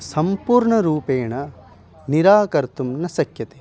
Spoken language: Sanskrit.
सम्पूर्ण रूपेण निराकर्तुं न शक्यते